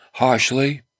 harshly